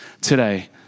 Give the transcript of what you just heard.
today